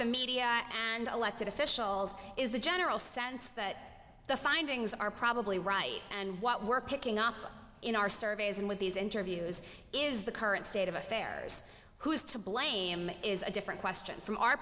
the media and elected officials is the general sense that the findings are probably right and what we're picking up in our surveys and with these interviews is the current state of affairs who is to blame is a different question from our